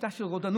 שיטה של רודנות,